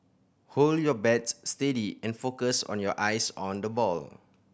hold your bats steady and focus your eyes on the ball